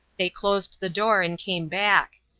they closed the door and came back.